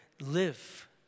live